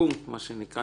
פונקט מה שנקרא,